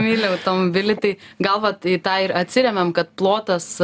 myli automobilį tai gal vat į tą ir atsiremiam kad plotas